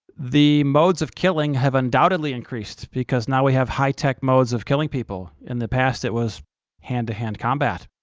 the modes of killing have undoubtedly increased, because now we have high-tech modes of killing people. in the past it was hand-to-hand combat,